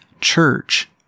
church